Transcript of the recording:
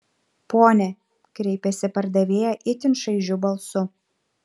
pone kreipėsi pardavėja itin šaižiu balsu